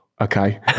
Okay